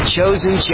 Chosen